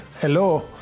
Hello